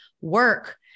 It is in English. work